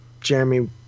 Jeremy